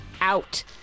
out